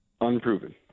unproven